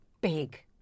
big